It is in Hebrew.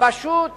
פשוט